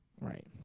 Right